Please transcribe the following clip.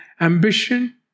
ambition